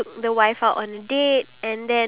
ya true